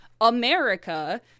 America